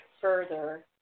further